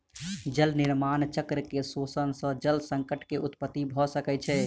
जल निर्माण चक्र के शोषण सॅ जल संकट के उत्पत्ति भ सकै छै